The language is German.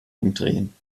umdrehen